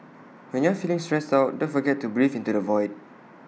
when you are feeling stressed out don't forget to breathe into the void